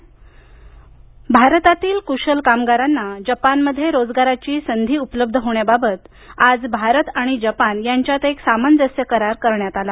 Bharat Japan भारतातील कुशल कामगारांना जपानमध्ये रोजगाराची संधी उपलब्ध होण्याबाबत आज भारत आणि जपान यांच्यात एक सामंजस्य करार करण्यात आला